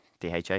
DHA